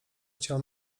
chciał